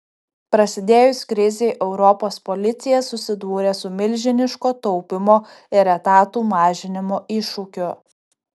prasidėjus krizei europos policija susidūrė su milžiniško taupymo ir etatų mažinimo iššūkiu